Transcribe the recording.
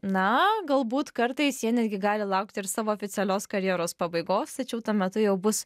na galbūt kartais jie netgi gali laukti ir savo oficialios karjeros pabaigos tačiau tuo metu jau bus